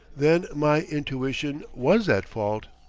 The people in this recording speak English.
then my intuition was at fault!